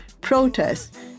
protests